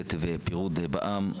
למחלוקת ופירוד בעם,